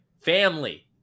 family